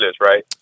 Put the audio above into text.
right